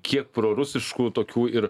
kiek prorusiškų tokių ir